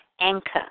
anchor